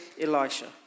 Elisha